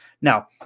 Now